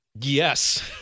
Yes